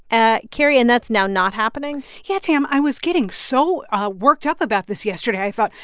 ah carrie, and that's now not happening yeah, tam. i was getting so worked up about this yesterday. i thought,